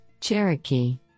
Cherokee